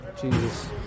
Jesus